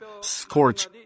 scorch